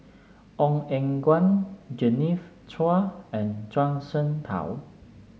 Ong Eng Guan Genevieve Chua and Zhuang Shengtao